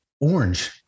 Orange